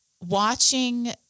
watching